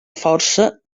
força